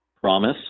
Promise